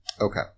Okay